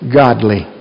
godly